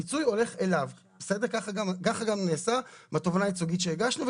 כך גם נעשה בתובענה הייצוגית שהגשנו,